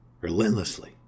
Relentlessly